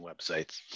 websites